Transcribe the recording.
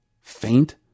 faint